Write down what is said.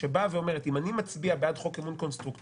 שבאה ואומרת: אם אני מצביעה בעד חוק אי-אמון קונסטרוקטיבי,